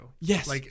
Yes